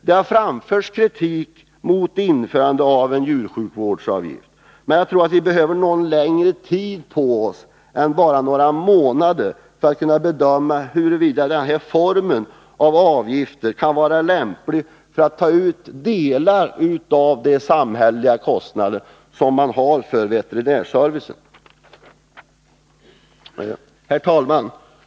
Det har framförts kritik mot införandet av en djursjukvårdsavgift. Men jag tror att vi behöver ha något längre tid på oss än bara några månader för att kunna bedöma huruvida denna form av avgifter kan vara lämplig för att ta ut delar av de samhälleliga kostnader som man har för veterinärservicen. Herr talman!